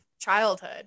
childhood